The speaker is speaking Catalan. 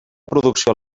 producció